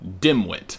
Dimwit